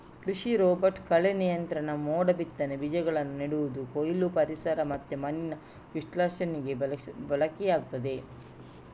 ಕೃಷಿ ರೋಬೋಟ್ ಕಳೆ ನಿಯಂತ್ರಣ, ಮೋಡ ಬಿತ್ತನೆ, ಬೀಜಗಳನ್ನ ನೆಡುದು, ಕೊಯ್ಲು, ಪರಿಸರ ಮತ್ತೆ ಮಣ್ಣಿನ ವಿಶ್ಲೇಷಣೆಗೆ ಬಳಕೆಯಾಗ್ತದೆ